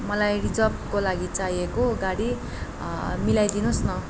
मलाई रिजर्बको लागि चाहिएको गाडी मिलाई दिनुहोस् न